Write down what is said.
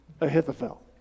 Ahithophel